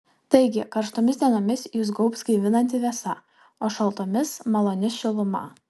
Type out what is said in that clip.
taigi karštomis dienomis jus gaubs gaivinanti vėsa o šaltomis maloni šiluma